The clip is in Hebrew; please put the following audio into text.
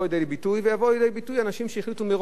ויבואו לידי ביטוי אנשים שהחליטו מראש מה הם רוצים.